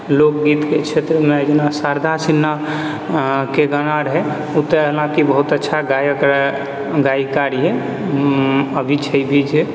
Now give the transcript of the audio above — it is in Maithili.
लोकगीतके क्षेत्रमे जेना शारदा सिन्हाके गाना रहै ओ तऽ एनाकी बहुत अच्छा गायक गायिका रहियै अभी छै भी छै